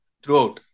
throughout